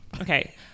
Okay